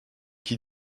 qui